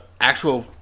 actual